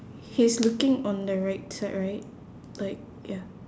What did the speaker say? he's looking on the right side right like ya